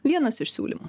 vienas iš siūlymų